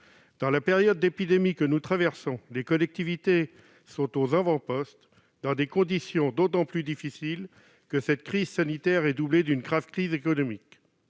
Dans la période d'épidémie que nous traversons, les collectivités sont aux avant-postes, dans des conditions d'autant plus difficiles que cette crise sanitaire est doublée d'une grave crise économique.